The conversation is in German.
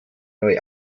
neu